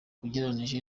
ugereranije